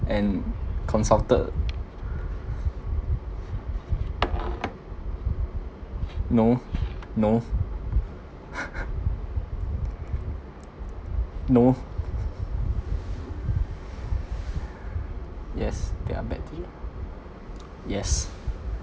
and consulted no no no yes there are bad teacher yes